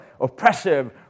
oppressive